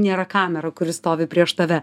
nėra kamera kuri stovi prieš tave